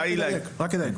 י.ש.: רק לדייק.